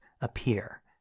appear